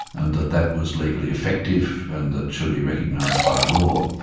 and that that was legally effective and that should be recognised by law.